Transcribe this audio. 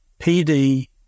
pd